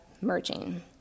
merging